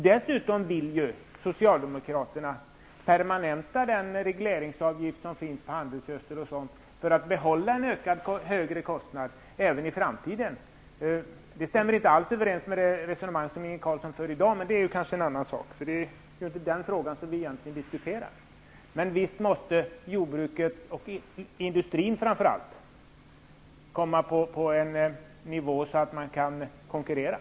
Dessutom vill Socialdemokraterna permanenta den regleringsavgift som finns på handelsgödsel o.d. för att behålla en högre kostnad även i framtiden. Det stämmer inte alls överens med det resonemang som Inge Carlsson för i dag, även om detta är en annan sak -- det är ju egentligen inte den frågan vi diskuterar. Men visst måste jordbruket och framför allt industrin komma på en sådan nivå att vi kan konkurrera.